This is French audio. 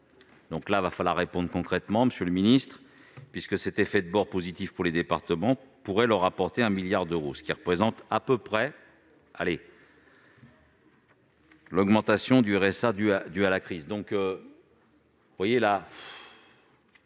Nous attendons des réponses concrètes, monsieur le ministre, puisque cet effet de bord positif pour les départements pourrait leur apporter 1 milliard d'euros, soit à peu près l'augmentation du RSA due à la crise